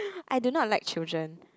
I don't know I like children